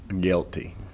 Guilty